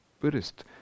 Buddhist